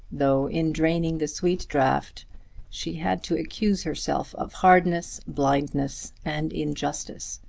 though in draining the sweet draught she had to accuse herself of hardness, blindness and injustice.